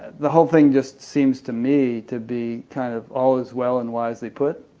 the whole thing just seems to me to be kind of all is well and wisely put,